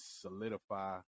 solidify